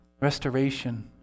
restoration